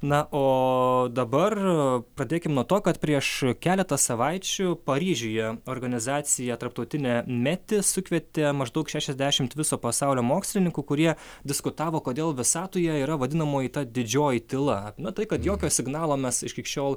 na o dabar pradėkim nuo to kad prieš keletą savaičių paryžiuje organizacija tarptautinė meti sukvietė maždaug šešiasdešimt viso pasaulio mokslininkų kurie diskutavo kodėl visatoje yra vadinamoji ta didžioji tyla na tai kad jokio signalo mes šiol